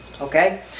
okay